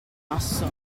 asso